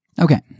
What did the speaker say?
Okay